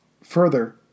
Further